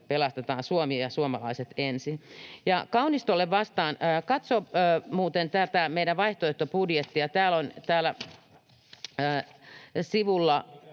”pelastetaan Suomi ja suomalaiset ensin”. Kaunistolle vastaan, että katso muuten tätä meidän vaihtoehtobudjettiamme: täällä sivulla